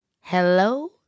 Hello